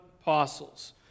apostles